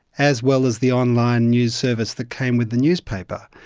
as well as the online news service that came with the newspaper.